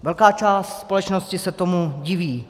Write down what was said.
Velká část společnosti se tomu diví.